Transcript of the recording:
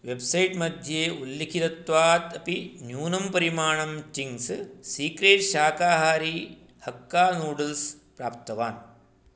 वेब्सैट्मध्ये उल्लिखितत्वात् अपि न्यूनं परिमाणं चिङ्ग्स् सीक्रेट् शाकाहारी हक्का नूड्ल्स् प्राप्तवान्